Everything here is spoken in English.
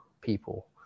people